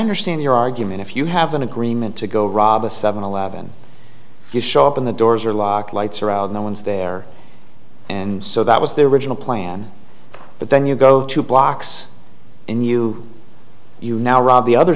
understand your argument if you have an agreement to go rob a seven eleven you show up in the doors are locked lights are out no one's there and so that was their original plan but then you go two blocks in you you now rob the other